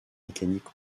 mécanique